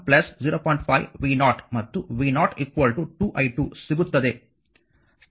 5 v0 ಮತ್ತು v0 2 i2 ಸಿಗುತ್ತದೆ